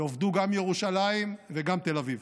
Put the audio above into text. יאבדו גם ירושלים וגם תל אביב.